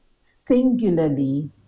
singularly